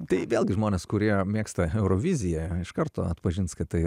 tai vėlgi žmonės kurie mėgsta euroviziją iš karto atpažins kad tai